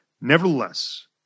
Nevertheless